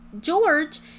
George